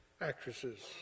actresses